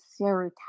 serotonin